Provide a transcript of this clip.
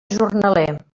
jornaler